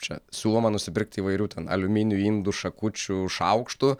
čia siūloma nusipirkti įvairių ten aliumininių indų šakučių šaukštų